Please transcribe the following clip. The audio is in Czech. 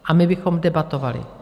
A my bychom debatovali.